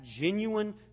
genuine